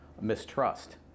mistrust